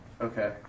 Okay